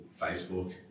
Facebook